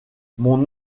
mon